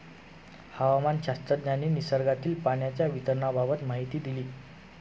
हवामानशास्त्रज्ञांनी निसर्गातील पाण्याच्या वितरणाबाबत माहिती दिली